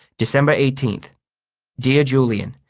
december eighteen dear julian,